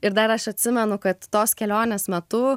ir dar aš atsimenu kad tos kelionės metu